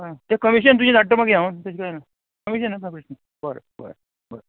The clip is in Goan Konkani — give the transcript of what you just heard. हय तें कमिशन तुजें धाडटा मागीर हांव तशें कांय ना कमिशन आसा बरें बरें बरें